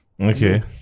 Okay